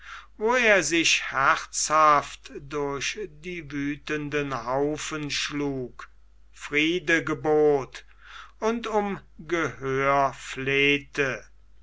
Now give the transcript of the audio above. wo er sich herzhaft durch die wüthenden haufen schlug friede gebot und um gehör flehte